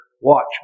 watch